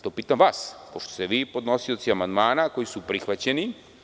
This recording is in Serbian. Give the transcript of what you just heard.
To pitam vas, pošto ste vi podnosioci amandmana koji su prihvaćeni.